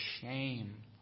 shame